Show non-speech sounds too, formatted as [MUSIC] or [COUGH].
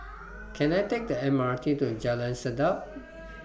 [NOISE] Can I Take The M R T to Jalan Sedap